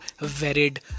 varied